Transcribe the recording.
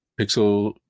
Pixel